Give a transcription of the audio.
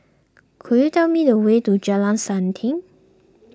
could you tell me the way to Jalan Selanting